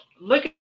look